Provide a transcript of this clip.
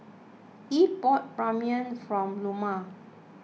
Eve bought Ramyeon from Loma